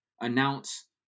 announce